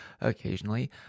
occasionally